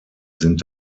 sind